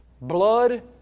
blood